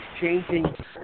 changing